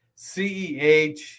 CEH